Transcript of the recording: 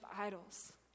idols